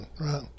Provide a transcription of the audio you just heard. right